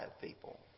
people